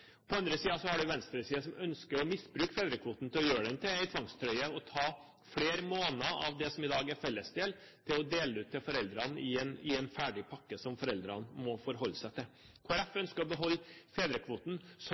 På den andre siden har man venstresiden som ønsker å misbruke fedrekvoten til å gjøre den til en tvangstrøye, å ta flere måneder av det som er felles del, og dele ut dette til foreldrene i en ferdig pakke som foreldrene må forholde seg til. Kristelig Folkeparti ønsker å beholde fedrekvoten som